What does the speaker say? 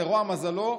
לרוע מזלו,